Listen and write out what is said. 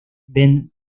ben